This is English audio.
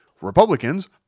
Republicans